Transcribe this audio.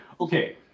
okay